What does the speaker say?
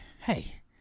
hey